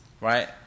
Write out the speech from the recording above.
Right